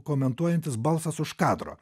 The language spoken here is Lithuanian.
komentuojantis balsas už kadro